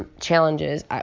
Challenges